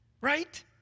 right